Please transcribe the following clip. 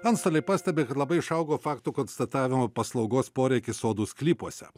antstoliai pastebi kad labai išaugo faktų konstatavimo paslaugos poreikis sodų sklypuose